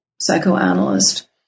psychoanalyst